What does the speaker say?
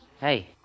Hey